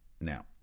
now